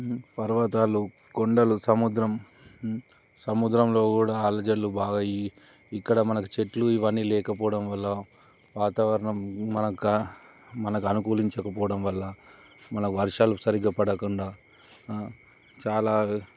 పర్వతాలు కొండలు సముద్రం సముద్రంలో కూడా ఆలజడులు బాగా ఇక్కడ మనకి చెట్లు ఇవన్నీ లేకపోవడం వల్ల వాతావరణం మనకు మనకు అనుకూలించకపోవడం వల్ల మనకు వర్షాలు సరిగ్గా పడకుండా చాలా